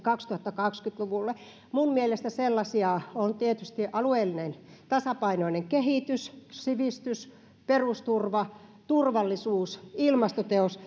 kaksituhattakaksikymmentä luvulle minun mielestäni sellaisia ovat tietysti alueellisesti tasapainoinen kehitys sivistys perusturva turvallisuus ilmastoteot